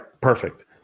perfect